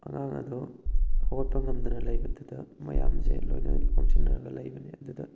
ꯑꯉꯥꯡ ꯑꯗꯣ ꯍꯧꯒꯠꯄ ꯉꯝꯗꯅ ꯂꯩꯕꯗꯨꯗ ꯃꯌꯥꯝꯁꯦ ꯂꯣꯏꯅ ꯑꯣꯝꯁꯤꯟꯅꯔꯒ ꯂꯩꯕꯅꯤ ꯑꯗꯨꯗ